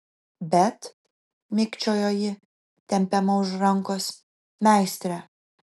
bet mikčiojo ji tempiama už rankos meistre